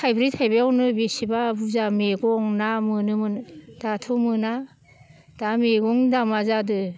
थाइब्रै थाइबायावनो बेसेबा बुरजा मैगं ना मोनोमोन दाथ' मोना दा मैगंनि दामा जादो